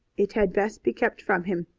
it had best be kept from him.